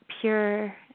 pure